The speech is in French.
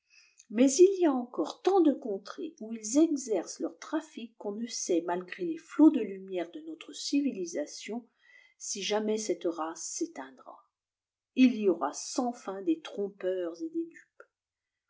mais il y a encore tant de contrées où ils exercent leur trafic qu'on ne saiti malgré les flots de lumière de notre civilisation si jamais cette race séteindra il y aura sans fin des trompeurs et des dupes